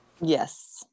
Yes